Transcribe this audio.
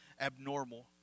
abnormal